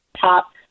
top